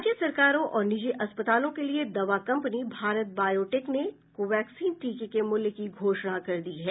राज्य सरकारों और निजी अस्पतालों के लिए दवा कंपनी भारत बायोटेक ने कोवैक्सीन टीके के मूल्य की घोषणा कर दी है